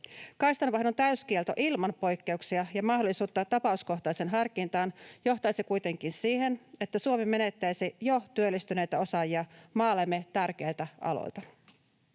Kaistanvaihdon täyskielto ilman poikkeuksia ja mahdollisuutta tapauskohtaiseen harkintaan johtaisi kuitenkin siihen, että Suomi menettäisi jo työllistyneitä osaajia maallemme tärkeiltä aloilta.